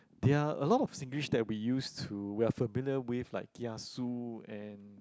there are a lot of Singlish that we used to we are familiar with like kiasu and